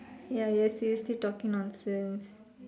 ya you are seriously talking nonsense